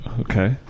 Okay